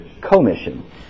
commission